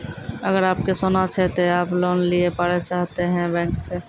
अगर आप के सोना छै ते आप लोन लिए पारे चाहते हैं बैंक से?